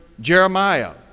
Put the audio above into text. Jeremiah